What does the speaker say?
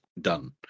done